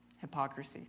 hypocrisy